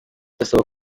ndasaba